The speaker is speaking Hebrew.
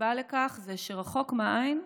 הסיבה לכך היא שרחוק מהעין,